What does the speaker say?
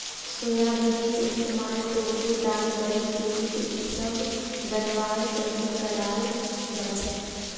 सोयाबीनेर इस्तमाल टोफू दाल बड़ी दूध इसब बनव्वार तने कराल जा छेक